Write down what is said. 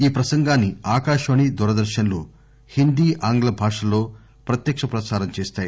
ఈ ప్రసంగాన్ని ఆకాశవాణి దూరదర్శన్ లు హిందీ ఆంగ్ల భాషలలో ప్రత్యక్షప్రసారం చేస్తాయి